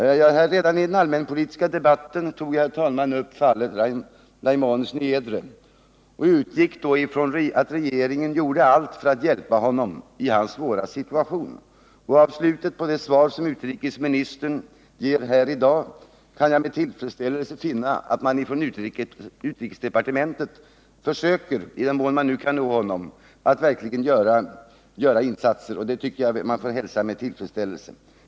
Redan i den allmänpolitiska debatten tog jag, herr talman, upp fallet Laimons Niedre och utgick då ifrån att regeringen gjorde allt för att hjälpa honom i hans svåra situation. I slutet av det svar som utrikesministern ger i dag kan jag med tillfredsställelse finna att man från utrikesdepartementet försöker — i den mån man kan nå Niedre — att verkligen göra insatser. Det tycker jag att man måste hälsa med tillfredsställelse.